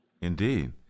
Indeed